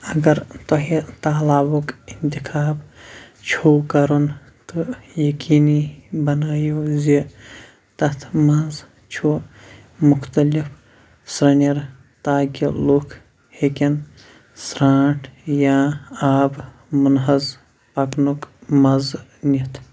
اگر تۄہہِ تہلابُک اِنتخاب چھُو کرُن تہٕ یقیٖنی بنٲیِو زِ تَتھ منٛز چھُ مختلف سَنٮ۪ر تاکہ لُکھ ہیٚکٮ۪ن سرٛانٛٹھ یا آبہٕ مُنحز پکنُک مَزٕ نِتھ